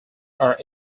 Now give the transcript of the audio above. are